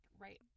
right